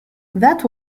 that